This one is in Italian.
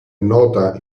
nota